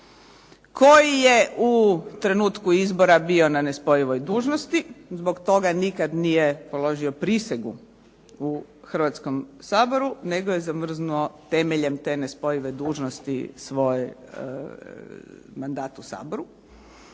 koji je u trenutku izbora bio na nespojivoj dužnosti. Zbog toga nikad nije položio prisegu u Hrvatskom saboru nego je zamrznuo temeljem te nespojive dužnosti svoj mandat u Saboru